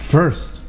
First